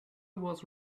was